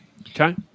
Okay